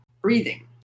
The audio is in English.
breathing